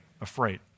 Afraid